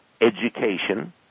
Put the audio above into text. education